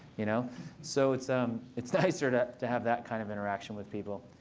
you know so it's um it's nicer to to have that kind of interaction with people.